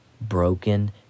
broken